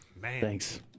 Thanks